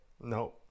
No